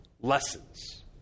lessons